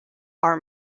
are